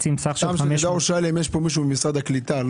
שאל אם יש פה מישהו ממשרד הקליטה.